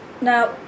now